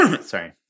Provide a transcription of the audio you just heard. Sorry